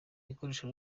ikoreshwa